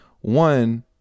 One